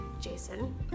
Jason